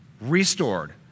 restored